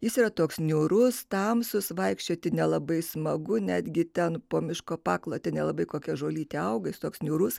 jis yra toks niūrus tamsus vaikščioti nelabai smagu netgi ten po miško paklote nelabai kokia žolytė auga jis toks niūrus